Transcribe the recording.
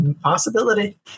possibility